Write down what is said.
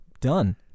Done